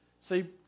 See